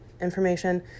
Information